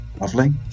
Lovely